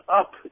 up